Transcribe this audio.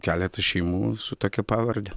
keletas šeimų su tokia pavarde